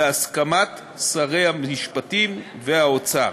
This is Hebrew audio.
והסכמת שרי המשפטים והאוצר,